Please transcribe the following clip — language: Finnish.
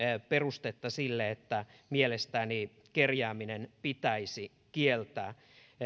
perustetta sille että mielestäni kerjääminen pitäisi kieltää